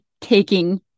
taking